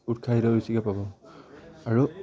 উৎসাহিত বেছিকৈ পাব আৰু